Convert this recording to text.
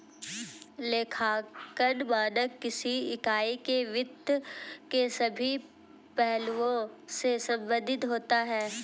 लेखांकन मानक किसी इकाई के वित्त के सभी पहलुओं से संबंधित होता है